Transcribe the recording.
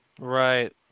Right